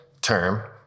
term